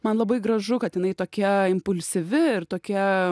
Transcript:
man labai gražu kad jinai tokia impulsyvi ir tokia